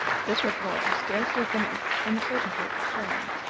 this report was scarcely finished when the potentate returned.